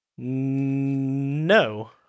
No